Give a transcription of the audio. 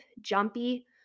jumpy